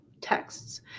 texts